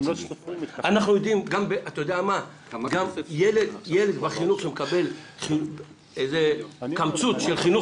גם ילד בחינוך שמקבל איזה קמצוץ של חינוך